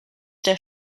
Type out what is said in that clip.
der